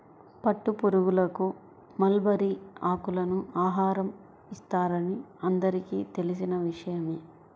పట్టుపురుగులకు మల్బరీ ఆకులను ఆహారం ఇస్తారని అందరికీ తెలిసిన విషయమే